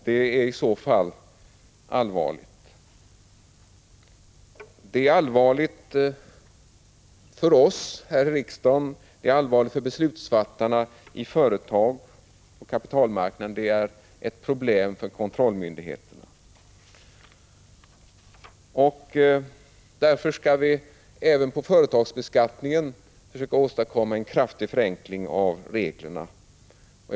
Det är i så fall allvarligt. Det är allvarligt för oss här i riksdagen, det är allvarligt för beslutsfattarna i företagen och på kapitalmarknaden och det är ett problem för kontrollmyndigheterna. Därför skall vi även försöka åstadkomma en kraftig förenkling av reglerna för företagsbeskattning.